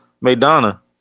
Madonna